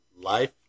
life